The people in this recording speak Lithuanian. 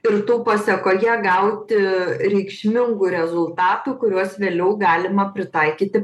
ir to pasekoje gauti reikšmingų rezultatų kuriuos vėliau galima pritaikyti